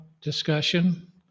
discussion